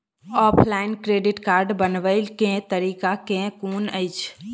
Offline credit card बनाबै केँ तरीका केँ कुन अछि?